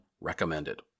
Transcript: recommended